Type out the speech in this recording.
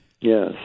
Yes